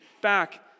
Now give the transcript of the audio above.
back